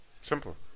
Simple